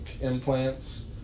implants